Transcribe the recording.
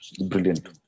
Brilliant